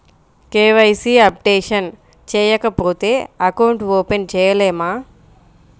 KYC updation చేయకపోతే account open చేయలేమా?